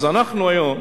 אנחנו היום